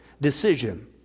decision